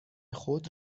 خود